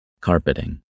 Carpeting